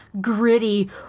gritty